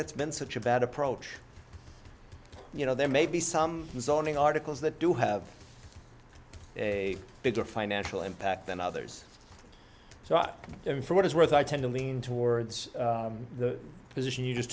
that's been such a bad approach you know there may be some zoning articles that do have a bigger financial impact than others so i don't for what it's worth i tend to lean towards the position you just